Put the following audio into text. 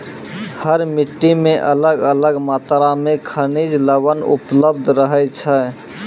हर मिट्टी मॅ अलग अलग मात्रा मॅ खनिज लवण उपलब्ध रहै छै